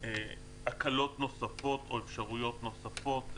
הקלות נוספות או אפשרויות נוספות,